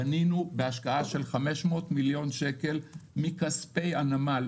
בנינו בהשקעה של 500 מיליון שקל מכספי הנמל,